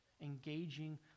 engaging